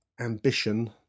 ambition